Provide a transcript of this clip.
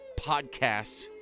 podcasts